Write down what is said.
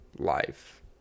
life